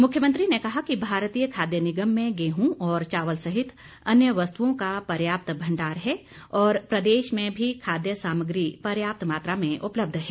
मुख्यमंत्री ने कहा कि भारतीय खाद्य निगम में गेहूं और चावल सहित अन्य वस्तुओं का पर्याप्त भंडार है और प्रदेश में भी खाद्य सामग्री पर्याप्त मात्रा में उपलब्ध है